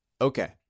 okay